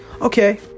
Okay